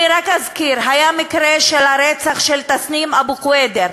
אני רק אזכיר: היה מקרה של הרצח של תסנים אבו קוידר,